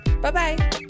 Bye-bye